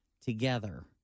together